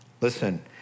Listen